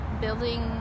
building